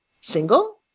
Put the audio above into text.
single